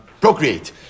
Procreate